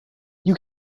you